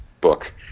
book